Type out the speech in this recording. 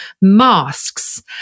masks